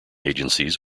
agencies